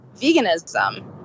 veganism